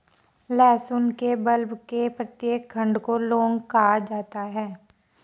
लहसुन के बल्ब के प्रत्येक खंड को लौंग कहा जाता है